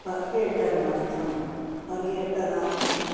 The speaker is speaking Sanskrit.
पर्यटनार्थं पर्यटनार्थम्